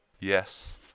Yes